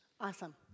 Awesome